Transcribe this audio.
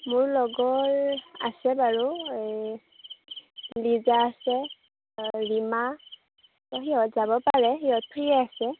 মোৰ লগৰ আছে বাৰু এই লিজা আছে ৰীমা ত' সিহঁত যাব পাৰে সিহঁত ফ্ৰিয়ে আছে